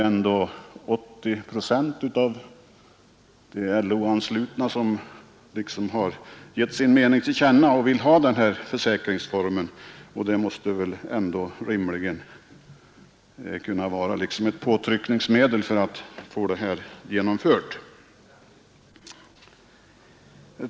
Men 80 procent av de LO-anslutna har ändå givit sin mening till känna och vill ha denna försäkringsform. Det måste väl rimligen kunna vara ett påtryckningsmedel för att få försäkringen genomförd.